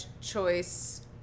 choice